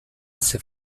ces